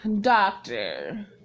doctor